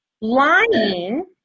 Lying